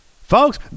folks